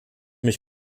mich